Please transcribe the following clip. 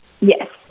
Yes